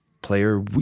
player